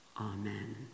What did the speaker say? Amen